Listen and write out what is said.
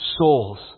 Souls